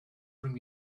bring